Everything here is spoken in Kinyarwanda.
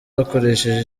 bakoresheje